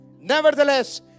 Nevertheless